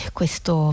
questo